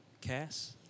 Cass